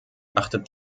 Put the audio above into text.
achtet